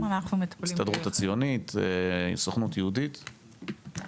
ההסתדרות הציונית, הסוכנות היהודית?